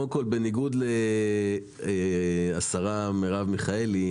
קודם כל בניגוד לשרה מרב מיכאלי,